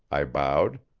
i bowed.